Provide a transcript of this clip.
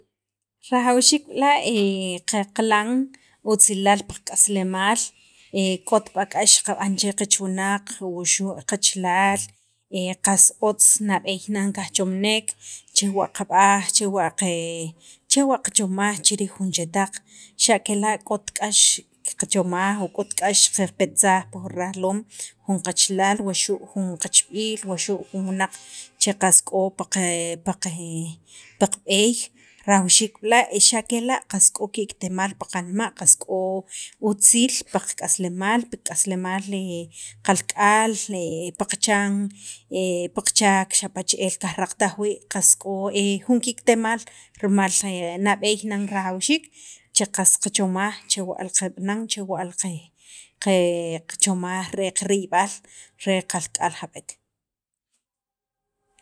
rajawxiik b'la' ke qaqilan otzilala pi qak'aslemaal k'ot b'la' k'ax qaqan che qiich wunaq wuxu' qachalal qas otz nab'eey nan kajchomnek chewa' qe qab'aj chewa' qa chomaj chi riij jun chetaq xa' kela' k'ot k'ax qachomaj o k'ot k'ax qapersaj pi rajloom jun qachalaal wuxu' jun qichb'iil wuxu' jun wunaq che k'o pa pi qa b'eey rajawxiik b'la' xa' kela' k'o ki'kitemaal pi qanma' k'o utziil pi k'aslemaal kalk'al pi kachan pi kachaak xapa' che'el kajraqataj wii' qas k'o jun ki'kitemaal rimal nab'eey nan rajawxiik che qas qachomaj chewa' li qab'an chewa' li qe kachomaj re katiyb'al re qalk'aal jab'eek